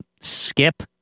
Skip